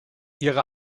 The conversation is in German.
ihre